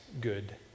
good